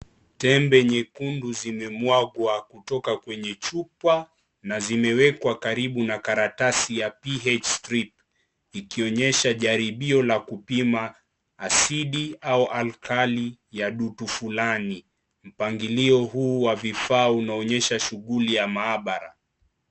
Tembe nyekundu zimemwagwa kutoka kwenye chupa na zimewekwa karibu na karatasi ya ph strip ikionyesha jaribio la kupima asidi au alkali ya dudu fulani . Mpangilio huu wa vifaa unaonyesha shughuli ya maabara.